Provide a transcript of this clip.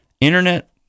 Internet